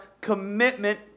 commitment